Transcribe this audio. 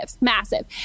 massive